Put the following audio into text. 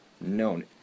known